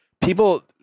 People